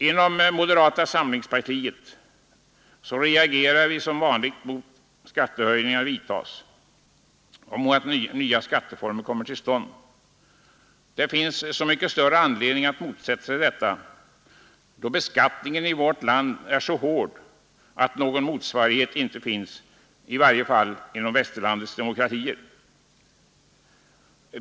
Inom moderata samlingspartiet reagerar vi som vanligt mot att skattehöjningar vidtas och mot att nya skatteformer kommer till stånd. Det finns så mycket större anledning att motsätta sig detta då beskattningen i vårt land är så hård att någon motsvarighet icke finns, i varje fall inte inom västerlandets demokratier.